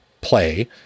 play